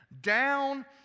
down